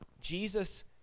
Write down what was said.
Jesus